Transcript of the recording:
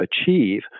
achieve